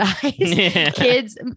kids